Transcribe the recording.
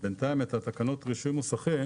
את תקנות רישוי מוסכים